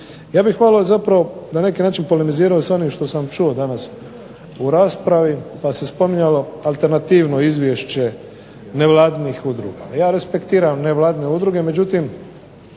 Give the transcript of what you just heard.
Ja bih malo na neki način polemizirao s onim što sam čuo danas u raspravi, pa se spominjalo alternativno izvješće nevladinih udruga. Ja respektiram nevladine udruge, međutim,